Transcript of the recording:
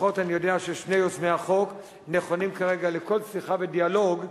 לפחות אני יודע ששני יוזמי החוק נכונים כרגע לכל שיחה ודיאלוג,